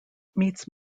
meets